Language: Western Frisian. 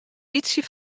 bytsje